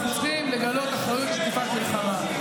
אנחנו צריכים לגלות אחריות בתקופת מלחמה.